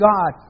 God